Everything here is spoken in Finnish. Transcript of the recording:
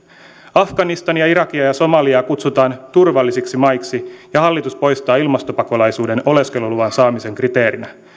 afganistania irakia ja somaliaa kutsutaan turvallisiksi maiksi ja hallitus poistaa ilmastopakolaisuuden oleskeluluvan saamisen kriteerinä